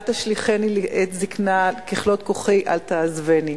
תשליכני לעת זקנה ככלות כחי אל תעזבני".